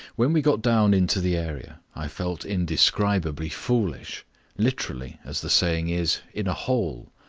when we got down into the area i felt indescribably foolish literally, as the saying is, in a hole.